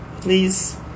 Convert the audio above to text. please